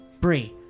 Bree